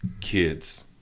Kids